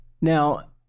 Now